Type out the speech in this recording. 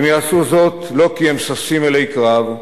הם יעשו זאת לא כי הם ששים אלי קרב,